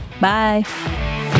Bye